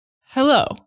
Hello